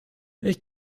ich